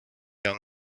down